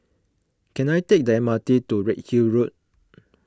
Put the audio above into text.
can I take the M R T to Redhill Road